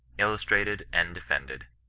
illustrated and defended.